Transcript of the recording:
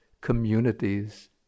communities